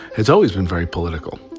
it's always been very political.